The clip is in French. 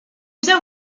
bien